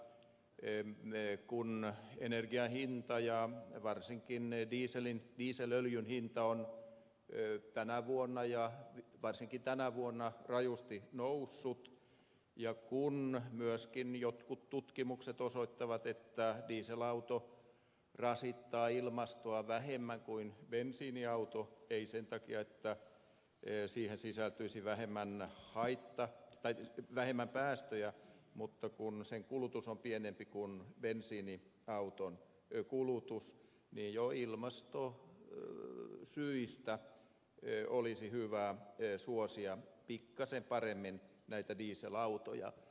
kun energian hinta ja varsinkin dieselöljyn hinta on tänä vuonna ja varsinkin tänä vuonna rajusti noussut ja kun myöskin jotkut tutkimukset osoittavat että dieselauto rasittaa ilmastoa vähemmän kuin bensiiniauto ei sen takia että siihen sisältyisi vähemmän päästöjä mutta kun sen kulutus on pienempi kuin bensiiniauton kulutus niin jo ilmastosyistä olisi hyvä suosia pikkasen paremmin näitä dieselautoja